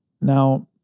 Now